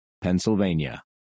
Pennsylvania